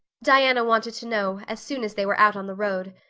diana wanted to know, as soon as they were out on the road.